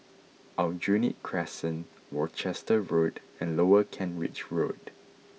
Aljunied Crescent Worcester Road and Lower Kent Ridge Road